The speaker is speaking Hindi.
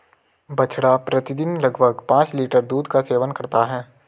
बछड़ा प्रतिदिन लगभग पांच लीटर दूध का सेवन करता है